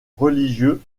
religieux